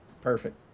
Perfect